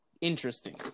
interesting